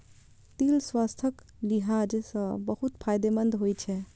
तिल स्वास्थ्यक लिहाज सं बहुत फायदेमंद होइ छै